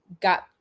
got